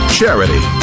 charity